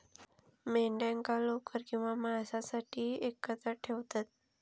मेंढ्यांका लोकर किंवा मांसासाठी एकत्र ठेवतत